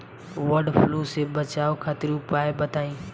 वड फ्लू से बचाव खातिर उपाय बताई?